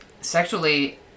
sexually